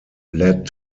led